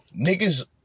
niggas